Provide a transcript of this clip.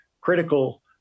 critical